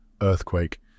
earthquake—